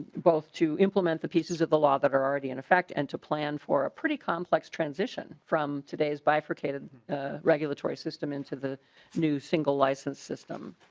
both to implement the pieces of the law that are already in effect and to plan for a pretty complex transition from today's bifurcated regulatory system into the new single license system.